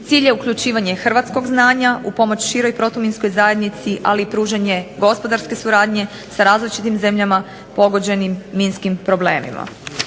Cilj je uključivanje hrvatskog znanja u pomoć široj protuminskoj zajednici, ali i pružanje gospodarske suradnje sa različitim zemljama pogođenim minskim problemima.